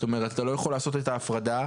אתה לא יכול לעשות את ההפרדה,